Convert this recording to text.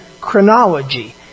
chronology